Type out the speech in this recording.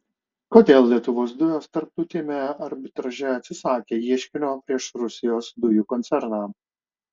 kodėl lietuvos dujos tarptautiniame arbitraže atsisakė ieškinio prieš rusijos dujų koncerną